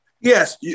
Yes